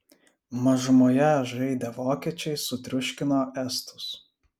mažumoje žaidę vokiečiai sutriuškino estus